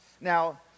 Now